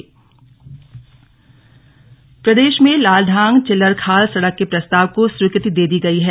वन्यजीव बोर्ड प्रदेश में लालढांग चिल्लरखाल सड़क के प्रस्ताव को स्वीकृति दे दी गई है